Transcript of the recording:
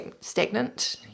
stagnant